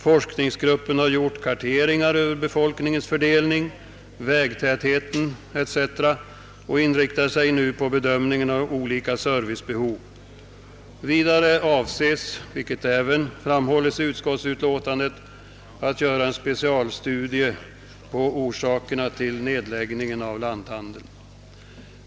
Forskningsgruppen har gjort karteringar över befolkningens fördelning, vägtätheten etc. och inriktar sig nu på bedömningen av olika servicebehov. Vidare avses, vilket även framhålles i utskottsutlåtandet, att göra en specialstudie om orsakerna till nedläggningen av lanthandeln.